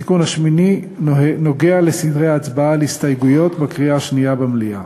התיקון השמיני נוגע לסדרי ההצבעה על הסתייגויות בקריאה השנייה במליאה.